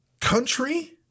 country